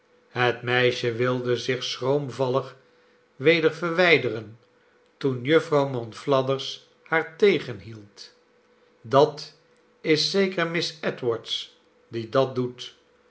het meisje wilde zich schroomvallig weder verwijderen toen jufvrouw monflathers haar tegenhield dat is zeker miss edwards die dat doet